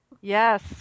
Yes